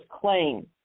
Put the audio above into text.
claim